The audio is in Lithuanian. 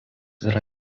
yra